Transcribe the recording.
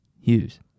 Hughes